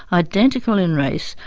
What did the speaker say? identical in race,